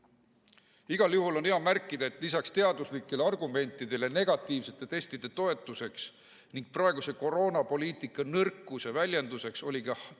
juhul on hea märkida, et lisaks teaduslikele argumentidele negatiivsete testide toetuseks ning praeguse koroonapoliitika nõrkuse väljenduseks oli ka Tallinna